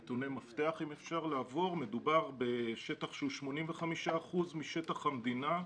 נתוני מפתח: מדובר בשטח שהוא 85% משטח המדינה,